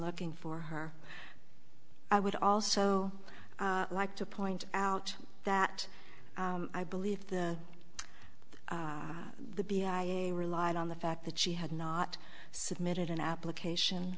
looking for her i would also like to point out that i believe the the b i relied on the fact that she had not submitted an application